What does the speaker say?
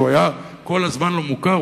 שהיה כל הזמן לא מוכר,